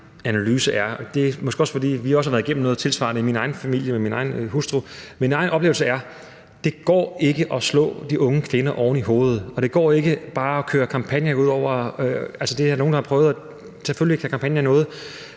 oplevelse er – det er måske også, fordi vi har været igennem noget tilsvarende i min egen familie, med min egen hustru – at det ikke går at slå de unge kvinder oven i hovedet. Og det går ikke bare at køre kampagner ud over det. Det er der nogen, der har prøvet, og selvfølgelig kan kampagner noget,